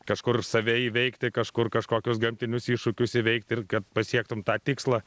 kažkur save įveikti kažkur kažkokius gamtinius iššūkius įveikti ir kad pasiektum tą tikslą